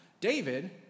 David